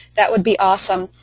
that would be awesome.